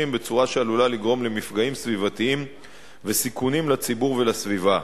בצורה שעלולה לגרום למפגעים סביבתיים ולסיכונים לציבור ולסביבה.